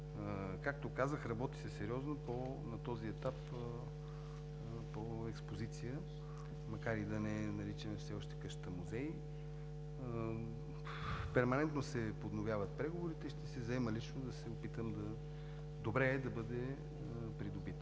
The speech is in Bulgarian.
както казах, работи се сериозно на този етап по експозиция, макар и да не я наричаме все още къщата музей. Перманентно се подновяват преговорите. Ще се заема лично, да се опитам – добре е да бъде придобита.